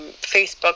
Facebook